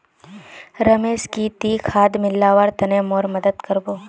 रमेश की ती खाद मिलव्वार तने मोर मदद कर बो